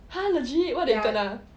!huh! legit what they kena